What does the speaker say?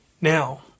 Now